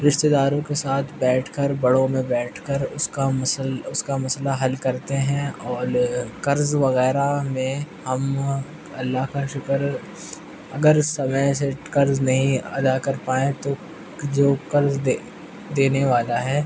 رشتے داروں کے ساتھ بیٹھ کر بڑوں میں بیٹھ کر اس کا مسئلہ حل کرتے ہیں اور قرض وغیرہ میں ہم اللہ کا شکر اگر سمئے سے قرض نہیں ادا کر پائے تو جو قرض دے دینے والا ہے